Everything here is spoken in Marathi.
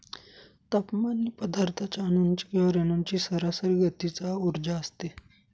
तापमान ही पदार्थाच्या अणूंची किंवा रेणूंची सरासरी गतीचा उर्जा असते